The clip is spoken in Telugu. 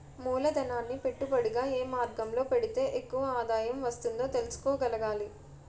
మూలధనాన్ని పెట్టుబడిగా ఏ మార్గంలో పెడితే ఎక్కువ ఆదాయం వస్తుందో తెలుసుకోగలగాలి